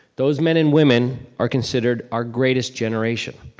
those men and women are considered our greatest generation.